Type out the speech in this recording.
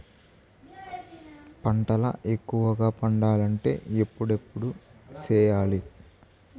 పంటల ఎక్కువగా పండాలంటే ఎప్పుడెప్పుడు సేయాలి?